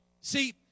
See